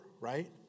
right